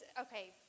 okay